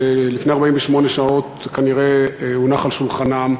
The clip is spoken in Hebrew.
שלפני 48 שעות כנראה הונח על שולחנם.